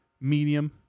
Medium